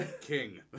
King